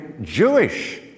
Jewish